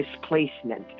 displacement